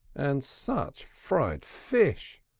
and such fried fish!